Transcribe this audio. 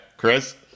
Chris